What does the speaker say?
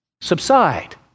Subside